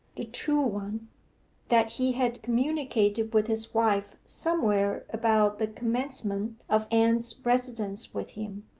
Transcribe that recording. the true one that he had communicated with his wife somewhere about the commencement of anne's residence with him,